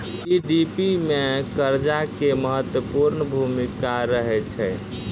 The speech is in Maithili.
जी.डी.पी मे कर्जा के महत्वपूर्ण भूमिका रहै छै